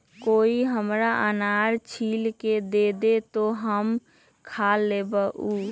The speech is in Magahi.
कोई हमरा अनार छील के दे दे, तो हम खा लेबऊ